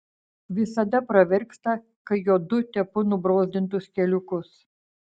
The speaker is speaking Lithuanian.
visada pravirksta kai jodu tepu nubrozdintus keliukus